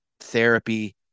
Therapy